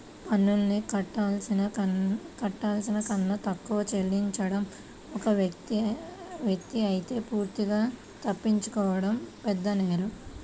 పన్నుల్ని కట్టాల్సిన కన్నా తక్కువ చెల్లించడం ఒక ఎత్తయితే పూర్తిగా తప్పించుకోవడం పెద్దనేరం